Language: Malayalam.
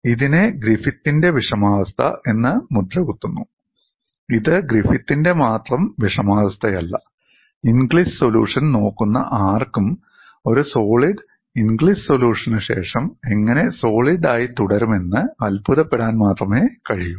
ഇതിനെ ഗ്രിഫിത്തിന്റെ വിഷമാവസ്ഥ എന്ന് മുദ്രകുത്തുന്നു ഇത് ഗ്രിഫിത്തിന്റെ മാത്രം വിഷമാവസ്ഥയല്ല ഇൻഗ്ലിസ് സൊലൂഷൻ നോക്കുന്ന ആർക്കും ഒരു സോളിഡ് ഖരവസ്തു ഇൻഗ്ലിസ് സൊലൂഷനു ശേഷം എങ്ങനെ സോളിഡ് ആയി തുടരുമെന്ന് അത്ഭുതപ്പെടാൻ മാത്രമേ കഴിയൂ